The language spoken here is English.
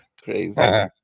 Crazy